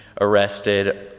arrested